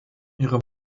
ihre